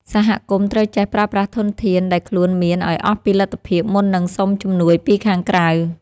សហគមន៍ត្រូវចេះប្រើប្រាស់ធនធានដែលខ្លួនមានឱ្យអស់ពីលទ្ធភាពមុននឹងសុំជំនួយពីខាងក្រៅ។